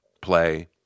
play